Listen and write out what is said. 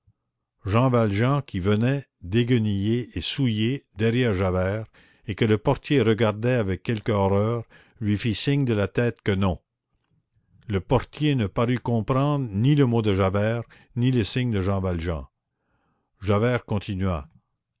jean valjean qui venait déguenillé et souillé derrière javert et que le portier regardait avec quelque horreur lui fit signe de la tête que non le portier ne parut comprendre ni le mot de javert ni le signe de jean valjean javert continua